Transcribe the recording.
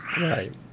right